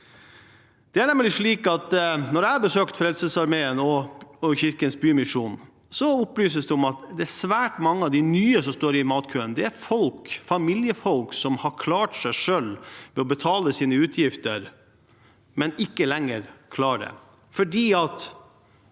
når jeg besøker Frelsesarmeen og Kirkens Bymisjon, opplyses det om at svært mange av de nye som står i matkø, er familiefolk, som har klart seg selv og betalt sine utgifter, men ikke lenger klarer det